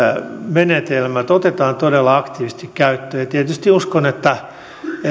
menetelmät otetaan todella aktiivisesti käyttöön tietysti uskon että